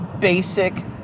basic